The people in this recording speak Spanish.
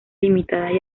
limitadas